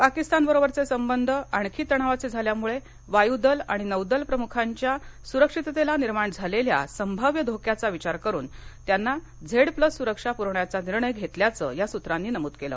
पाकिस्तान बरोबरचे संबंध आणखी तणावाचे झाल्यामुळे वायू दल आणि नौदल प्रमुखांच्या सुरक्षिततेला निर्माण झालेल्या संभाव्य धोक्याचा विचार करून त्यांना झेड प्लस सुरक्षा पुरवण्याचा निर्णय घेतल्याचं या सूत्रांनी नमूद केलं